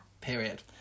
Period